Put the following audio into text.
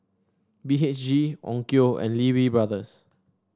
B H G Onkyo and Lee Wee Brothers